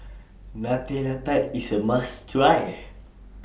Nutella Tart IS A must Try